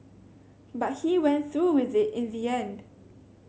but he went through with it in the end